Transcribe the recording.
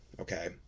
okay